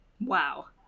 Wow